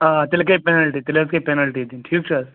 آ تیٚلہِ گٔے پٮ۪نلٹی تیٚلہِ حظ گٔے پٮ۪نَلٹی دِنۍ ٹھیٖک چھِ حظ